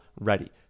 ready